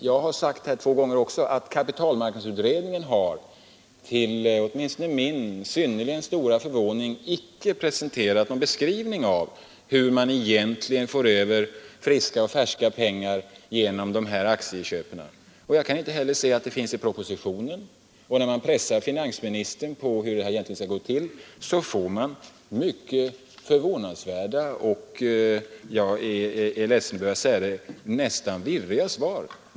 Jag har också sagt två gånger att kapitalmarknadsutredningen till åtminstone min synnerligen stora förvåning icke har presenterat någon beskrivning av hur man egentligen för över friska och färska pengar genom de här aktieköpen. Jag kan inte heller se att det finns någon sådan beskrivning i propositionen, och när man pressar finansministern på hur det här egentligen skall gå till, får man mycket förvånansvärda och — jag är ledsen att behöva säga det — nästan virriga svar.